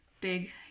big